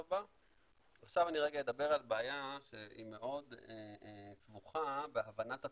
עכשיו אני אדבר על בעיה שהיא מאוד סבוכה בהבנת התוכנית,